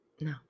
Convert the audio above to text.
No